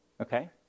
Okay